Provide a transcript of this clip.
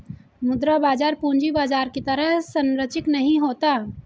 मुद्रा बाजार पूंजी बाजार की तरह सरंचिक नहीं होता